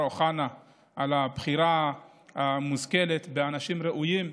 אוחנה על הבחירה המושכלת באנשים ראויים,